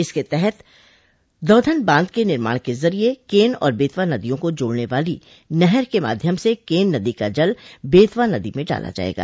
इसके तहत दाधन बांध के निर्माण के जरिये केन और बेतवा नदियों को जोडने वाली नहर के माध्यम से केन नदी का जल बेतवा नदी में डाला जाएगा